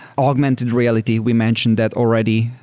augmented reality, we mentioned that already.